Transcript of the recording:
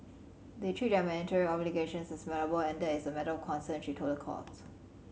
they treat their mandatory obligations as malleable and that is a matter of concern she told the court